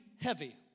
heavy